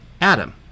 Adam